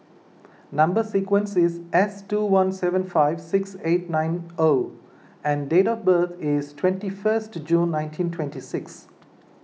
Number Sequence is S two one seven five six eight nine O and date of birth is twenty first June nineteen twenty six